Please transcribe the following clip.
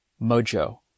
Mojo